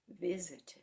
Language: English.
visited